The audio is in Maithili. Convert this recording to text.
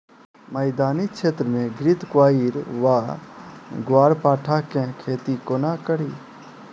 मैदानी क्षेत्र मे घृतक्वाइर वा ग्यारपाठा केँ खेती कोना कड़ी?